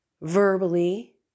verbally